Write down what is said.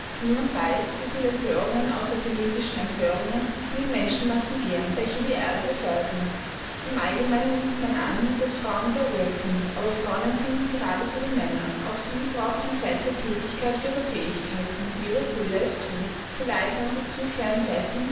niemand weiß wieviel empörungen außer politischen empörungen in den menschenmassen gähren welche die erde bevölkern im allgemeinen nimmt man an daß frauen sehr ruhig sind aber frauen empfinden gerade so wie männer auch sie brauchen ein feld der thätigkeit für ihre fähigkeiten wie ihre brüder es thun sie leiden unter zu schweren fesseln